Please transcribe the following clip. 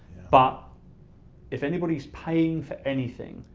but if anybody's paying for anything,